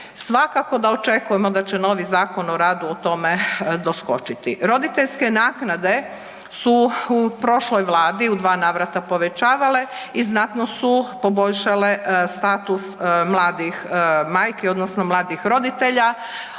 Svakako da očekujemo da će novi Zakon o radu tome doskočiti. Roditeljske naknade su u prošloj vladi u dva navrata povećavale i znatno su poboljšale status mladih majki odnosno mladih roditelja.